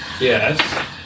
Yes